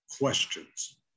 questions